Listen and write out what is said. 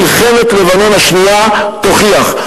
מלחמת לבנון השנייה תוכיח,